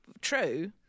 true